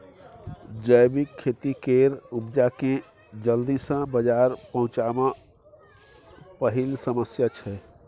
जैबिक खेती केर उपजा केँ जल्दी सँ बजार पहुँचाएब पहिल समस्या छै